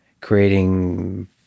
creating